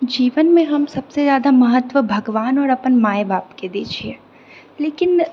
जीवनमे हम सबसँ जादा महत्व भगवान आओर अपन माए बापके दए छिऐ लेकिन